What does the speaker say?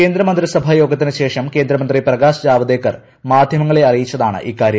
കേന്ദ്രമന്ത്രിസഭാ യോഗത്തിനുശേഷം കേന്ദ്രമന്ത്രി പ്രകാശ് ജാവദേക്കർ മാധൃമങ്ങളെ അറിയിച്ചതാണ് ഇക്കാര്യം